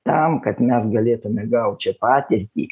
tam kad mes galėtume gaut šią patirtį